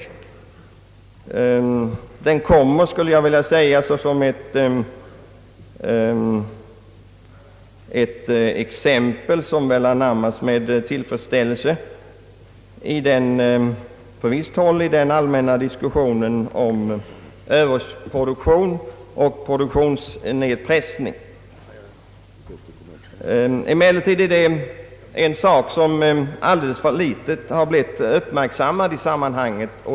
Situationen har såsom exempel väl anammats i den allmänna diskussionen om överproduktion och produktionsnedpressning. Emellertid är det en sak som har blivit alldeles för litet uppmärksammad i sammanhanget.